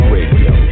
Radio